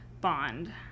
bond